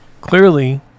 clearly